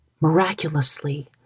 Miraculously